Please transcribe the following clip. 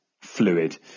fluid